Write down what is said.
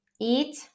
eat